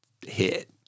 hit